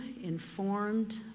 informed